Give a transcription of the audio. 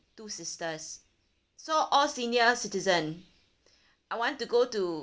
two sisters so all senior citizen I want to go to